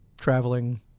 traveling